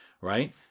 right